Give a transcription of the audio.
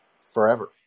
forever